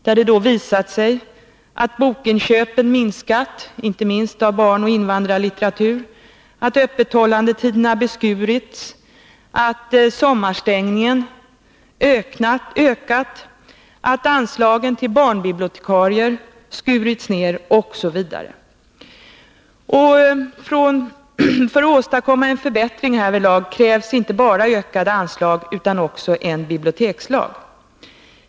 Det har då visat sig att bokinköpen minskat — det gäller inte minst barnoch invandrarlitteratur —, att öppethållandetiderna beskurits, att sommarstängningen ökat, att anslagen till barnbibliotekarier skurits ned, osv. För att vi skall kunna åstadkomma en förbättring härvidlag krävs inte bara förbättrade anslag utan också en bibliotekslag.